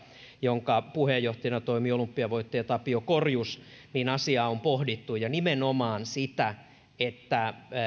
jonka puheenjohtajana toimii olympiavoittaja tapio korjus asiaa on pohdittu ja nimenomaan sitä